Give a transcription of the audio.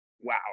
wow